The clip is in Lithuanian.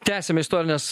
tęsiame istorines